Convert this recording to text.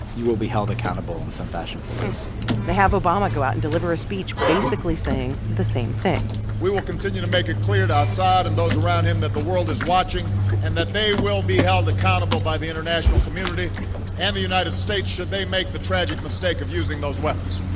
you will be held accountable in some fashion for this they have obama go out and deliver a speech basically saying the same thing we will continue to make it clear to assad and those around him that the world is watching and that they will be held accountable by the international community and the united states should they make the tragic mistake of using those weapons